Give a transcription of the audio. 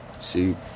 See